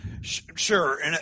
sure